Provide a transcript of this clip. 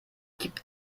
gibt